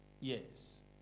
Yes